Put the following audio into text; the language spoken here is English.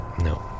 No